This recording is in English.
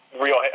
real